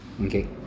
Okay